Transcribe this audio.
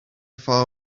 far